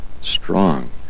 strong